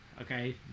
okay